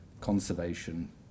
conservation